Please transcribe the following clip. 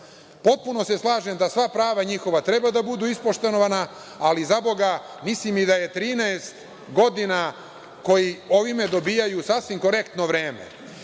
se slažem da sva prava njihova treba da budu ispoštovana, ali mislim i da je 13 godina kojih ovim dobijaju sasvim korektno vreme.